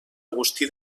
agustí